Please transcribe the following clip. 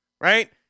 right